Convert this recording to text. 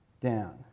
down